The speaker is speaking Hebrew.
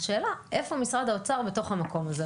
השאלה איפה משרד האוצר בתוך המקום הזה,